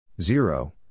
Zero